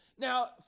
Now